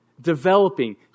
developing